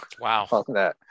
Wow